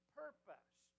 purpose